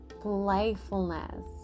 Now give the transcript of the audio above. playfulness